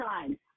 time